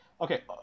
okay